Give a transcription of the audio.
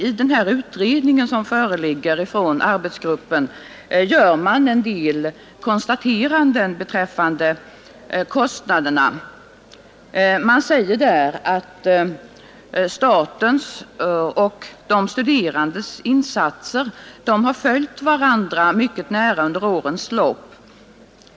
I den utredning som nu föreligger från arbetsgruppen gör man en del konstateranden beträffande kostnaderna. Man säger att statens och de studerandes insatser har följt varandra mycket nära under årens lopp.